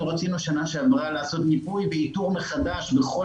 אנחנו רצינו שנה שעברה לעשות מיפוי באיתור מחדש בכל